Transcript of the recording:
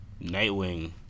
Nightwing